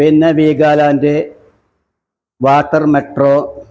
പിന്നെ Veegaland water metro